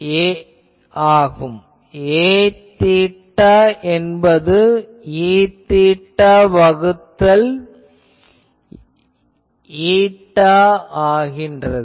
Aθ என்பது Eθ வகுத்தல் η ஆகும்